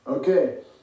Okay